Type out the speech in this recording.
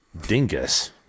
Dingus